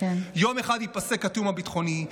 יום אחד ייפסק התיאום הביטחוני,